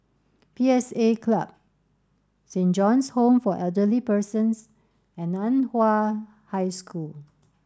P S A Club Saint John's Home for Elderly Persons and Nan Hua High School